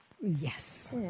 Yes